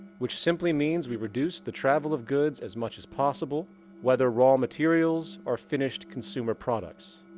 which simply means we reduce the travel of goods as much as possible whether raw materials or finished consumer products.